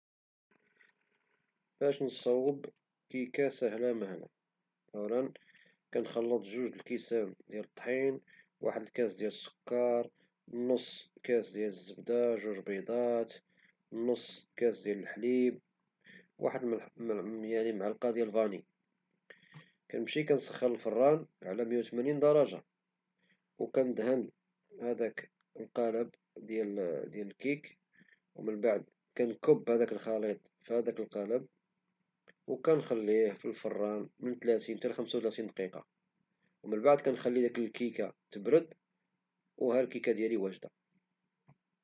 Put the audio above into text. باش نصوب كيكة ساهلة ماهلة، كنخلط جوج كيسان ديال الطحين وكاس ديال السكر و نص كاس ديال الزبدة وجوج بيضات نص كاس ديال الحليب وواحد معلقة د فاني، كنمشي كنسخن الفران على مية وتمانين درجة وكندهن هداك القالب ديال الكيكة ومن بعد كنكب هداك الخليط في القالب وكنخليه في الفران من ثلاثين حتى خمسة وثلاثين دقيقة، ومن بعد كنخلي الكيكة تبرد وهاهي واجدة.